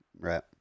Right